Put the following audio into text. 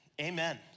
amen